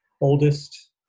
oldest